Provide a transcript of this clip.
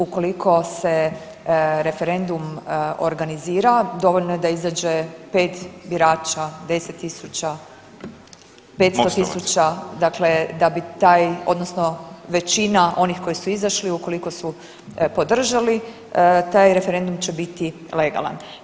Ukoliko se referendum organizira dovoljno je da izađe 5 birača, 10 tisuća, 500 tisuća dakle da bi taj odnosno većina onih koji su izašli ukoliko su podržali taj referendum će biti legalan.